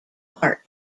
art